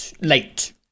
late